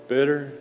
Bitter